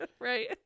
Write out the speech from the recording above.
right